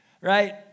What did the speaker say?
Right